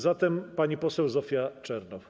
Zatem pani poseł Zofia Czernow.